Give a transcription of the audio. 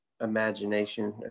imagination